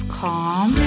calm